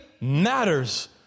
matters